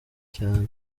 cyane